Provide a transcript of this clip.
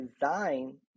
design